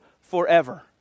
forever